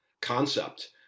concept